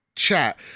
Chat